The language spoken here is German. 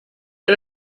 bei